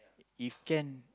if can